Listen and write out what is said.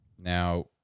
Now